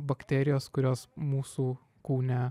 bakterijos kurios mūsų kūne